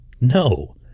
no